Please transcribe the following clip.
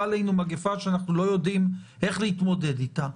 יש אצלי חזקה ששופטי ישראל עושים את תפקידם נאמנה.